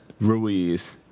Ruiz